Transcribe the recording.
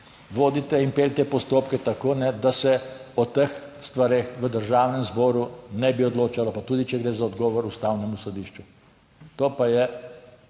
vodite in peljete postopke tako, da se o teh stvareh v Državnem zboru ne bi odločalo, pa tudi če gre za odgovor Ustavnemu sodišču. To pa je